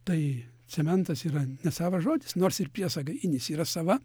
tai cementas yra nesavas žodis nors ir priesaga inis yra sava